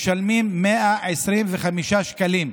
משלמים 125 שקלים.